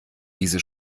diese